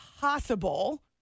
possible